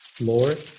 Lord